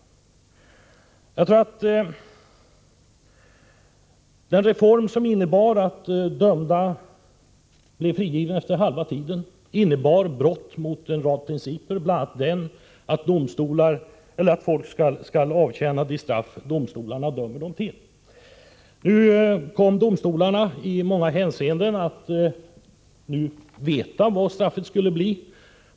Jag anser att denna reform, som innebär att dömda friges efter halva strafftiden, innebär brott mot en rad principer, bl.a. den att folk skall avtjäna de straff domstolarna dömer dem till. Domstolarna visste dock hur långa strafftiderna skulle bli.